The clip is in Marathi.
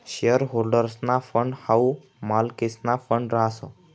शेअर होल्डर्सना फंड हाऊ मालकेसना फंड रहास